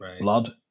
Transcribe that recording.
blood